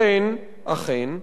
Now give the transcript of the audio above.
כמו, אכן, אכן,